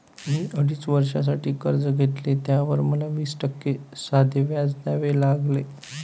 मी अडीच वर्षांसाठी कर्ज घेतले, त्यावर मला वीस टक्के साधे व्याज द्यावे लागले